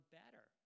better